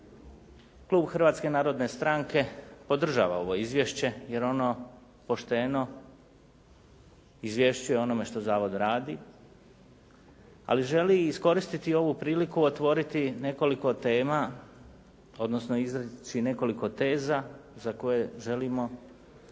klub Hrvatske narodne stranke podržava ovo izvješće jer ono pošteno izvješćuje o onome što zavod radi ali želi iskoristiti ovu priliku otvoriti nekoliko tema odnosno izreći nekoliko teza za koje želimo da ih